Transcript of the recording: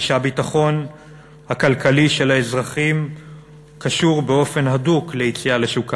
ושהביטחון הכלכלי של האזרחים קשור באופן הדוק ליציאה לשוק העבודה.